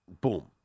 Boom